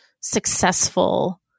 successful